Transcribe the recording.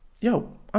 yo